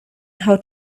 how